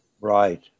Right